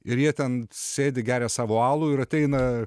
ir jie ten sėdi geria savo alų ir ateina